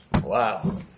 Wow